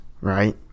right